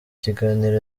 kiganiro